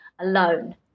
alone